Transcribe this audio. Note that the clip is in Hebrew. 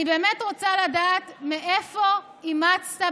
אני באמת רוצה לדעת מאיפה אימצת,